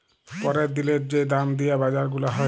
প্যরের দিলের যে দাম দিয়া বাজার গুলা হ্যয়